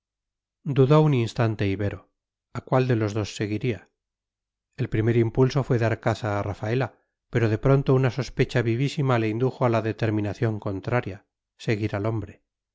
dudó un instante ibero a cuál de los dos seguiría el primer impulso fue dar caza a rafaela pero de pronto una sospecha vivísima le indujo a la determinación contraria seguir al hombre